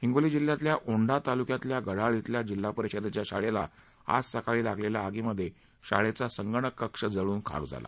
हिंगोली जिल्ह्यातल्या औंढा तालुक्यातील गढाळा धिल्या जिल्हा परिषदेच्या शाळेला आज सकाळी लागलेल्या आगीमध्ये शाळेचा संगणक कक्ष जळून खाक झाला